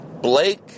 Blake